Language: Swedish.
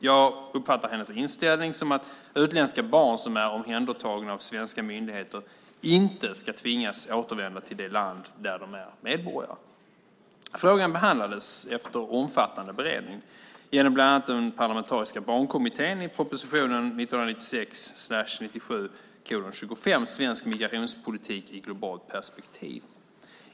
Jag uppfattar hennes inställning som att utländska barn som är omhändertagna av svenska myndigheter inte ska tvingas återvända till det land där de är medborgare. Frågan behandlades, efter omfattande beredning genom bland annat den parlamentariska Barnkommittén, i propositionen 1996/97:25 Svensk migrationspolitik i globalt perspektiv .